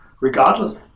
regardless